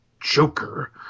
joker